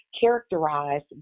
characterized